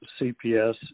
CPS